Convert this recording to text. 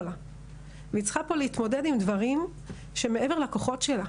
והיא צריכה פה להתמודד עם דברים שהם מעבר לכוחות שלה,